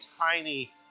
tiny